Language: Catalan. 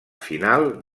final